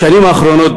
בשנים האחרונות,